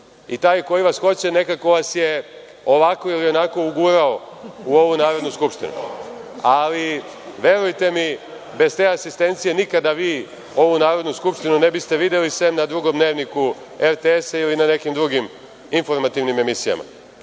i taj koji vas hoće, nekako vas je, ovako ili onako, ugurao u ovu Narodnu skupštinu. Ali, verujte mi, bez te asistencije nikada vi ovu Narodnu skupštinu ne biste videli, sem na Drugom dnevniku RTS ili nekim drugim informativnim emisijama.